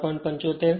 75 છે